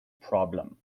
problem